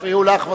כי הפריעו לך.